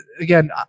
again